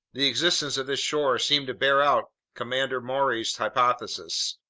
the existence of this shore seemed to bear out commander maury's hypotheses.